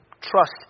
Trust